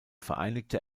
vereinigte